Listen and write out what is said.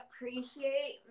appreciate